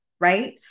right